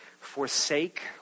Forsake